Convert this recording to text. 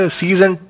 season